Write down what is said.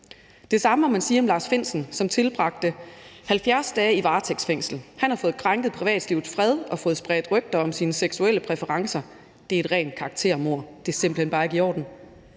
Det samme må man sige om Lars Findsen, som tilbragte 70 dage i varetægtsfængsel. Han har fået krænket privatlivets fred og fået spredt rygter om sine seksuelle præferencer – det er et rent karaktermord, det er simpelt hen bare ikke i orden.